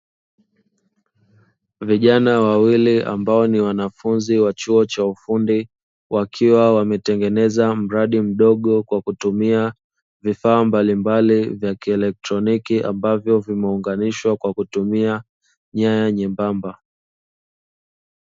Vijana wawili ambao ni wanafunzi wa chuo cha ufundi, wakiwa wametengeneza mradi mdogo kwa kutumia vifaa mbalimbali vya kielektroniki; ambavyo vimeunganishwa kwa kutumia nyaya nyembamba.